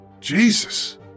Jesus